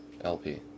LP